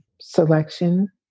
selection